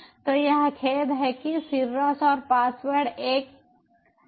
तो यह खेद है कि सिरस और पासवर्ड एक कप स्वाइन है